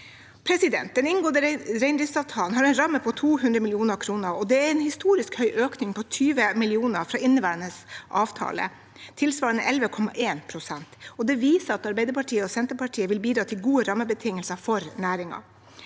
gode. Den inngåtte reindriftsavtalen har en ramme på 200 mill. kr. Det er en historisk høy økning på 20 mill. kr fra inneværende avtale, tilsvarende 11,1 pst. Det viser at Arbeiderpartiet og Senterpartiet vil bidra til gode rammebetingelser for næringen.